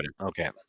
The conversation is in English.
Okay